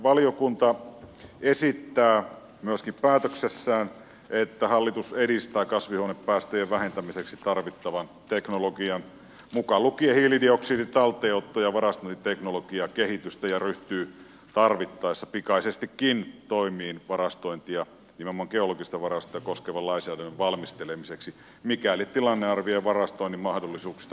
valiokunta esittää myöskin päätöksessään että hallitus edistää kasvihuonepäästöjen vähentämiseksi tarvittavan teknologian mukaan lu kien hiilidioksidin talteenotto ja varastointiteknologian kehitystä ja ryhtyy tarvittaessa pikaisestikin toimiin varastointia nimenomaan geologista varastointia koskevan lainsäädännön valmistelemiseksi mikäli tilannearvio varastoinnin mahdollisuuksista muuttuu